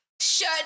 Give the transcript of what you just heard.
Shut